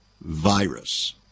virus